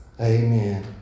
Amen